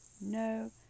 no